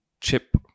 chip